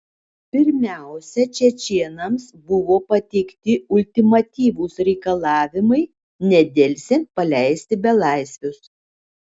pirmiausia čečėnams buvo pateikti ultimatyvūs reikalavimai nedelsiant paleisti belaisvius